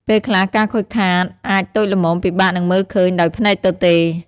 ពេលខ្លះ ការខូចខាតអាចតូចល្មមពិបាកនឹងមើលឃើញដោយភ្នែកទទេ។